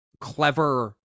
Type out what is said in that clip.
clever